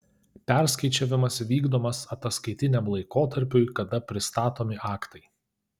perskaičiavimas vykdomas ataskaitiniam laikotarpiui kada pristatomi aktai